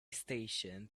station